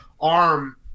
arm